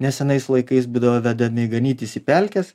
nesenais laikais būdavo vedami ganytis į pelkes